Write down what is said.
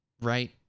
right